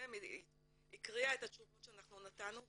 מהמ.מ.מ הקריאה את התשובות שאנחנו נתנו,